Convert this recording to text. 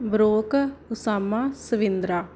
Brock Osama Swindra